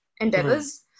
endeavors